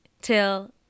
Till